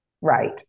Right